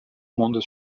monde